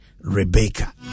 Rebecca